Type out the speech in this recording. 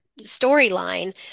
storyline